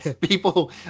People